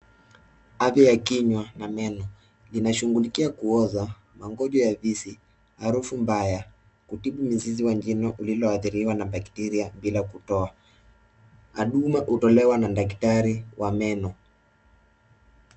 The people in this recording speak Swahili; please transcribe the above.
Afya ya kinywa na meno, inashughulikia kuoza, magonjwa ya fizi, harufu mbaya, kutibu mzizi wa jino lililoathiriwa na bakteria bila kutoa. Huduma hutolewa na daktari wa meno.